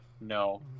no